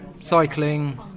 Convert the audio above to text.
cycling